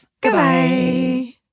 Goodbye